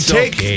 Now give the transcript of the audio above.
take